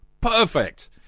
Perfect